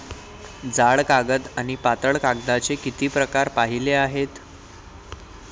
जाड कागद आणि पातळ कागदाचे किती प्रकार पाहिले आहेत?